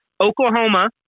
Oklahoma